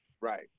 Right